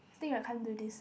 I think I can't do this